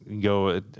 go